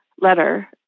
letter